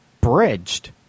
bridged